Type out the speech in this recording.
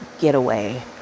getaway